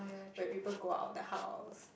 when people go out the house